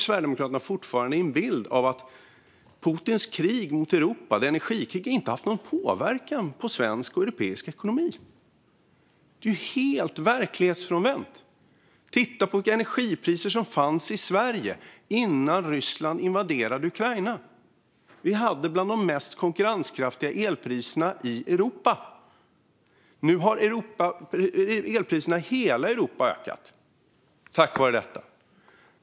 Sverigedemokraterna lever fortfarande med en bild av att Putins energikrig mot Europa inte har haft någon påverkan på svensk och europeisk ekonomi. Det är helt verklighetsfrånvänt. Titta på de energipriser som fanns i Sverige innan Ryssland invaderade Ukraina! Då hade vi bland de mest konkurrenskraftiga elpriserna i Europa. Nu har elpriserna i hela Europa ökat på grund av detta.